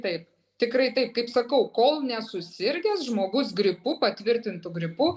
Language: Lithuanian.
taip tikrai taip kaip sakau kol nesusirgęs žmogus gripu patvirtintu gripu